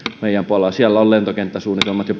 meidän puolella siellä on lentokenttäsuunnitelmat jo